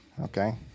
Okay